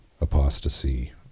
apostasy